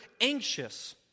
anxious